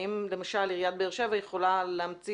האם למשל עיריית באר שבע יכולה להמציא